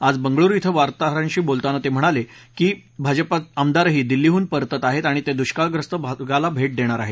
आज बंगळूर इथं बातमीदारांशी बोलताना ते म्हणाले की भाजपा आमदारही दिल्लीहून परतत आहेत आणि ते दुष्काळग्रस्त भागाला भेट देणार आहेत